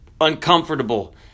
uncomfortable